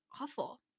awful